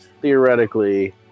theoretically